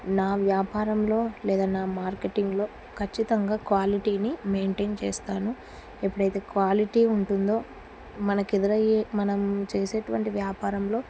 నా వ్యాపారంలో లేదా నా మార్కెటింగ్లో ఖచ్చితంగా క్వాలిటీని మెయింటైన్ చేస్తాను ఎప్పుడైతే క్వాలిటీ ఉంటుందో మనకి ఎదురయ మనం చేసేటటువంటి వ్యాపారంలో